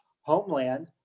Homeland